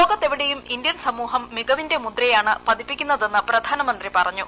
ലോകത്തെവിടെയും ഇന്ത്യൻ സമൂഹം മികവിന്റെ മുദ്രയാണ് പതിപ്പിക്കുന്നതെന്ന് പ്രധാനമന്ത്രി പറഞ്ഞു